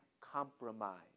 compromise